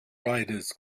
riders